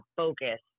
focus